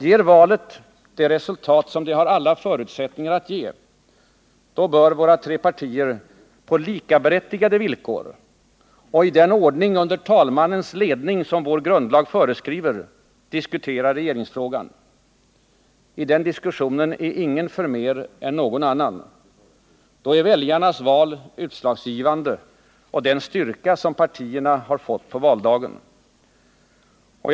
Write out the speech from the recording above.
Ger valet det resultat som det har alla förutsättningar att ge, då bör våra tre partier på likaberättigade villkor och i den ordning under talmannens ledning som vår grundlag föreskriver diskutera regeringsfrågan. I den diskussionen är ingen förmer än någon annan. Då är väljarnas val och den styrka som partierna fått på valdagen utslagsgivande.